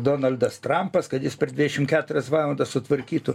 donaldas trampas kad jis per dvidešim keturias valandas sutvarkytų